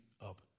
up